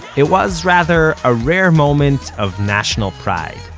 it was, rather, a rare moment of national pride.